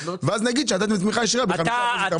ואז נגיד שנתתם תמיכה ישירה ב-5% יותר.